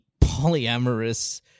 polyamorous